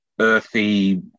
earthy